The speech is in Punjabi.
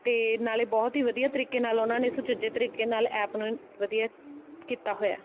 ਅਤੇ ਨਾਲੇ ਬਹੁਤ ਹੀ ਵਧੀਆ ਤਰੀਕੇ ਨਾਲ ਉਹਨਾਂ ਨੇ ਸੁਚੱਜੇ ਤਰੀਕੇ ਨਾਲ ਐਪ ਨੂੰ ਵਧੀਆ ਕੀਤਾ ਹੋਇਆ